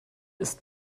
ist